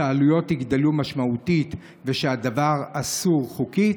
שהעלויות יגדלו משמעותית ושהדבר אסור חוקית?